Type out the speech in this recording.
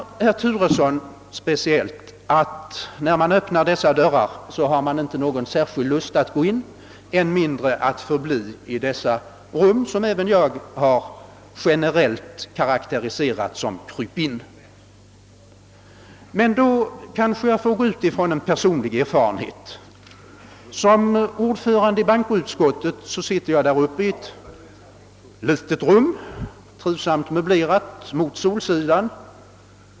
Speciellt herr Turesson menar emellertid att man, när man öppnar dessa dörrar, inte får någon särskild lust att gå in, än mindre att förbli i rummen, som även jag generellt har karakteriserat som krypin. Kanske jag får gå ut ifrån en personlig erfarenhet. Som ordförande i bankoutskottet sitter jag uppe i ett litet, trivsamt möblerat rum mot solsidan.